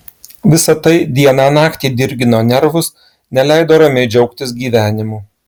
visa tai dieną naktį dirgino nervus neleido ramiai džiaugtis gyvenimu